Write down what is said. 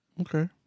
Okay